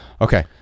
Okay